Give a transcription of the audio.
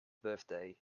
birthday